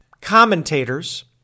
commentators